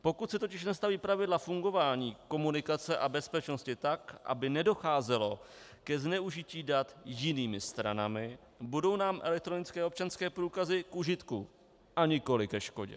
Pokud se totiž nastaví pravidla fungování, komunikace a bezpečnosti tak, aby nedocházelo ke zneužití dat jinými stranami, budou nám elektronické občanské průkazy k užitku a nikoli ke škodě.